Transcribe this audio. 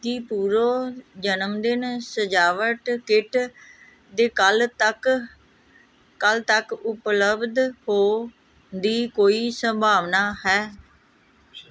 ਕੀ ਪੁਰੋ ਜਨਮਦਿਨ ਸਜਾਵਟ ਕਿੱਟ ਦੇ ਕੱਲ੍ਹ ਤੱਕ ਕੱਲ੍ਹ ਤੱਕ ਉਪਲਬਧ ਹੋਣ ਦੀ ਕੋਈ ਸੰਭਾਵਨਾ ਹੈ